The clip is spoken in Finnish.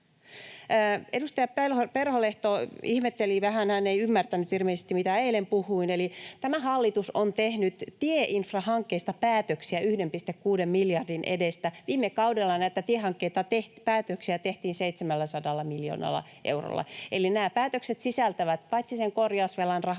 Edustaja Perholehto ihmetteli vähän, hän ei ilmeisesti ymmärtänyt, mitä eilen puhuin. Tämä hallitus on tehnyt tieinfrahankkeista päätöksiä 1,6 miljardin edestä. Viime kaudella näitä tiehankepäätöksiä tehtiin 700 miljoonalla eurolla. Nämä päätökset sisältävät paitsi korjausvelan